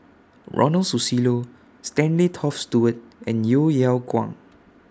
Ronald Susilo Stanley Toft Stewart and Yeo Yeow Kwang